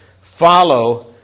follow